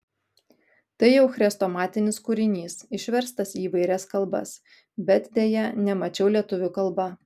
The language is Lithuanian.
tai jau chrestomatinis kūrinys išverstas į įvairias kalbas bet deja nemačiau lietuvių kalba